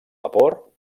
vapor